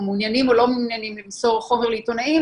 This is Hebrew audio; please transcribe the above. מעוניינים או לא מעוניינים למסור חומר לעיתונאים,